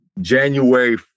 January